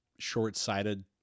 short-sighted